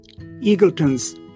Eagleton's